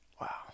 Wow